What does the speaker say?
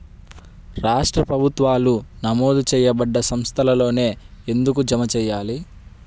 రాష్ట్ర ప్రభుత్వాలు నమోదు చేయబడ్డ సంస్థలలోనే ఎందుకు జమ చెయ్యాలి?